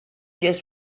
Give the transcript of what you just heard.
just